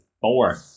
Four